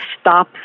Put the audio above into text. stop